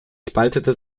spaltete